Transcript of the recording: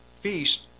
feast